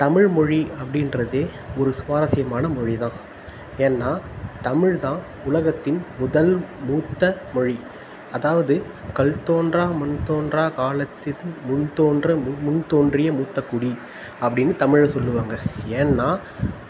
தமிழ் மொழி அப்படின்றது ஒரு சுவாரஸ்யமான மொழி தான் ஏன்னால் தமிழ் தான் உலகத்தின் முதல் மூத்த மொழி அதாவது கல் தோன்றா மண் தோன்றா காலத்திற்கும் முன் தோன்ற முன் முன் தோன்றிய மூத்தக்குடி அப்படின்னு தமிழை சொல்லுவாங்க ஏன்னால்